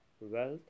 wealth